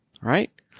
right